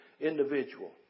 individual